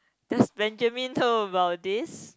does Benjamin know about this